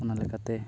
ᱚᱱᱟ ᱞᱮᱠᱟᱛᱮ